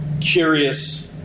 curious